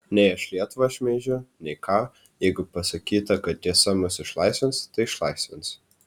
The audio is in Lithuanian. nei aš lietuvą šmeižiu nei ką jeigu pasakyta kad tiesa mus išlaisvins tai išlaisvins